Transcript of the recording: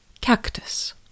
Cactus